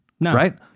Right